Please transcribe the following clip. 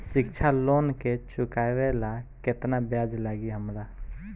शिक्षा लोन के चुकावेला केतना ब्याज लागि हमरा?